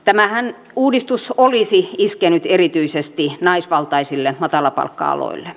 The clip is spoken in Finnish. tämä uudistushan olisi iskenyt erityisesti naisvaltaisille matalapalkka aloille